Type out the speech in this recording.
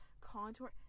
contour